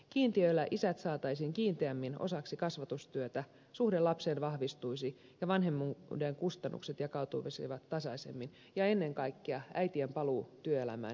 kiintiöillä isät saataisiin kiinteämmin osaksi kasvatustyötä suhde lapseen vahvistuisi ja vanhemmuuden kustannukset jakautuisivat tasaisemmin ja ennen kaikkea äitien paluu työelämään helpottuisi